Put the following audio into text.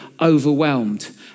overwhelmed